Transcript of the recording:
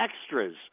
extras